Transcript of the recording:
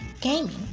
gaming